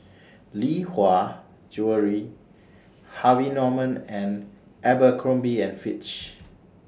Lee Hwa Jewellery Harvey Norman and Abercrombie and Fitch